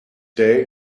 day